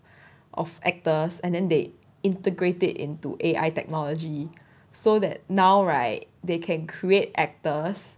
of actors and then they integrated into a A_I technology so that now right they can create actors